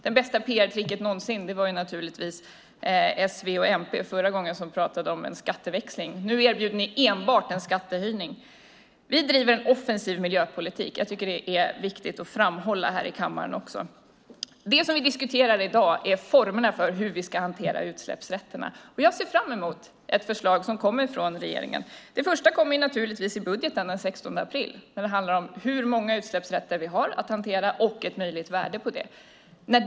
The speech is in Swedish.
Det bästa PR-tricket någonsin var naturligtvis när s, v och mp pratade om en skatteväxling. Nu erbjuder ni enbart en skattehöjning. Vi bedriver en offensiv miljöpolitik. Jag tycker att det är viktigt att framhålla här i kammaren. I dag diskuterar vi formerna för hur vi ska hantera utsläppsrätterna. Jag ser fram emot förslag från regeringen. Det första kommer naturligtvis i budgeten den 16 april. Det handlar om hur många utsläppsrätter vi har att hantera och ett möjligt värde på det.